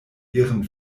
ihren